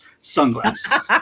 sunglasses